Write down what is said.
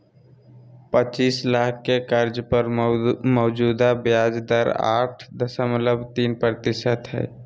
पचीस लाख के कर्ज पर मौजूदा ब्याज दर आठ दशमलब तीन प्रतिशत हइ